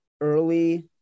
early